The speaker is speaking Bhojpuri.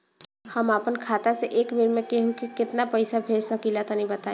हम आपन खाता से एक बेर मे केंहू के केतना पईसा भेज सकिला तनि बताईं?